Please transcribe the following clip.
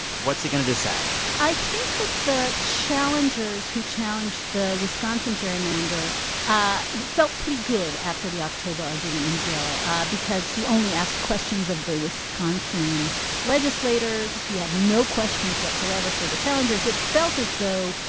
what's he going to decide? i think that the challengers who challenged the wisconsin gerrymander ah felt pretty good after the october argument in gill ah because he only asked questions of the wisconsin legislators. he had no questions whatsoever for the challengers. it felt as though,